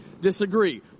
disagree